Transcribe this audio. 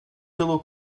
pelo